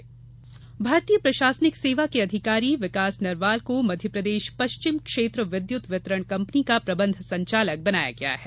स्थानांतरण भारतीय प्रशासनिक सेवा के अधिकारी विकास नरवाल को मध्यप्रदेश पश्चिम क्षेत्र विद्युत वितरण कंपनी का प्रबंध संचालक बनाया गया है